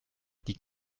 die